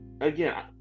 Again